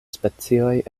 specioj